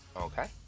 Okay